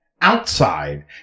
outside